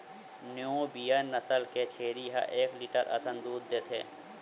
Nubian नसल के छेरी ह एक लीटर असन दूद देथे